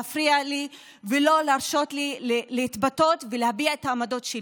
להפריע לי ולא להרשות לי להתבטא ולהביע את העמדות שלי.